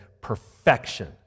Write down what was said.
perfection